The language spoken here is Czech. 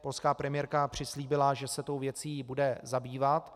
Polská premiérka přislíbila, že se tou věcí bude zabývat.